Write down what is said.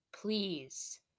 please